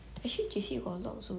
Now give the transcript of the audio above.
actually J_C also got a lot also